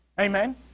Amen